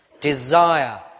Desire